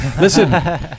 Listen